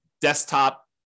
desktop